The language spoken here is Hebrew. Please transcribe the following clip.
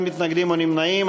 אין מתנגדים ואין נמנעים.